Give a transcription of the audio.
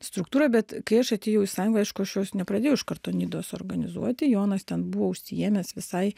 struktūrą bet kai aš atėjau į sąjungą aišku aš jos nepradėjau iš karto nidos organizuoti jonas ten buvo užsiėmęs visai